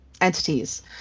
...entities